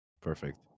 perfect